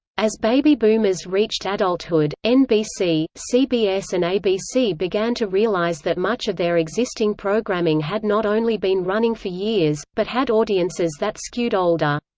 as baby boomers reached adulthood, nbc, cbs and abc began to realize that much of their existing programming had not only been running for years, but had audiences that skewed older.